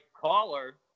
caller